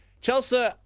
Chelsea